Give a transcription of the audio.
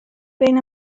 بین